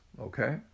okay